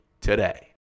today